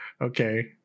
okay